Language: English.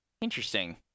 Interesting